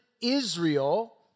Israel